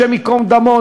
השם ייקום דמו,